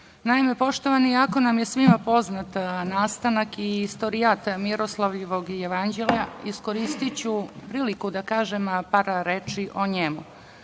poštovani, iako nam je svima poznat nastanak i istorijat Miroslavljevog jevanđelja, iskoristiću priliku da kažem par reči o njemu.